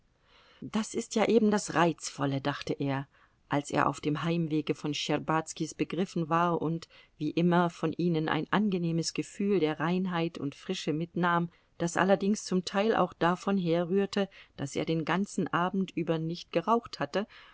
das ist ja eben das reizvolle dachte er als er auf dem heimwege von schtscherbazkis begriffen war und wie immer von ihnen ein angenehmes gefühl der reinheit und frische mitnahm das allerdings zum teil auch davon herrührte daß er den ganzen abend über nicht geraucht hatte